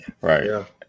Right